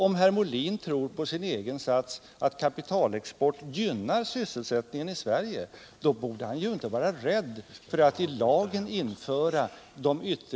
Om herr Molin tror på sin egen sats att kapitalexport gynnar sysselsättningen i Sverige, borde han inte vara rädd för att i lagen införa de